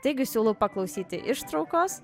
taigi siūlau paklausyti ištraukos